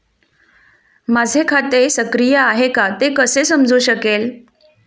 माझे खाते सक्रिय आहे का ते कसे समजू शकेल?